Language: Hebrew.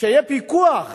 שיהיה פיקוח עליהם.